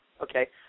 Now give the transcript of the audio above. okay